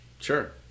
Sure